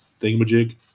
thingamajig